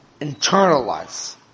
internalize